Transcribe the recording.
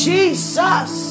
Jesus